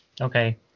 Okay